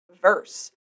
Verse